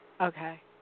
Okay